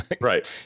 Right